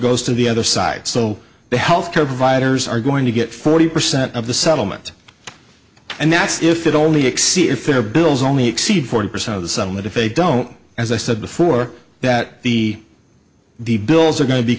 goes to the other side so the health care providers are going to get forty percent of the settlement and that's if it only exceed if their bills only exceed forty percent of the settlement if they don't as i said before that the the bills are going to be